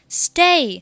stay